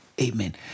Amen